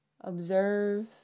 observe